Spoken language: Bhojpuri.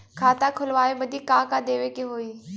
खाता खोलावे बदी का का देवे के होइ?